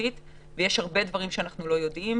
משמעותית ושיש הרבה דברים שאנחנו לא יודעים,